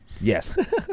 Yes